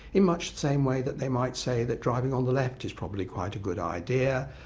in much the same way that they might say that driving on the left is probably quite a good idea,